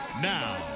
Now